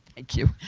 thank you.